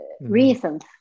reasons